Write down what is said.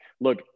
look